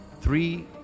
Three